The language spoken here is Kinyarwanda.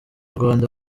rwanda